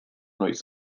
noiz